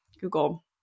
Google